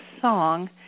song